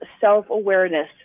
self-awareness